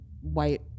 white